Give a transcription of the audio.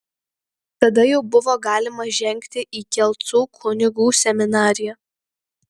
tada jau buvo galima žengti į kelcų kunigų seminariją